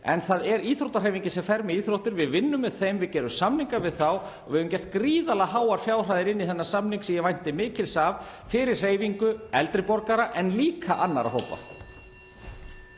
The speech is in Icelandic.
En það er íþróttahreyfingin sem fer með íþróttir. Við vinnum með þeim. Við gerum samninga við þá og höfum sett gríðarlega háar fjárhæðir inn í þennan samning sem ég vænti mikils af fyrir hreyfingu eldri borgara en líka fyrir aðra hópa.